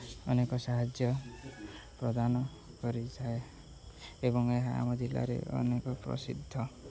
ଅନେକ ସାହାଯ୍ୟ ପ୍ରଦାନ କରିଥାଏ ଏବଂ ଏହା ଆମ ଜିଲ୍ଲାରେ ଅନେକ ପ୍ରସିଦ୍ଧ